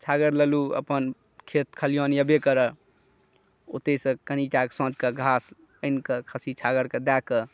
छागर लेलहुँ अपन खेत खलिहान छेबे करए ओतहिसँ कनी कऽ कऽ साँझकऽ घास आनिकऽ खस्सी छागर कऽ दऽ कऽ